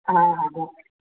हा हा